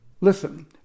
Listen